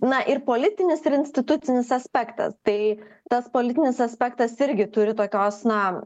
na ir politinis ir institucinis aspektas tai tas politinis aspektas irgi turi tokios na